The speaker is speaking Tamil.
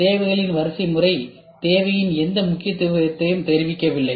தேவைகளின் வரிசைமுறை தேவையின் எந்த முக்கியத்துவத்தையும் தெரிவிக்கவில்லை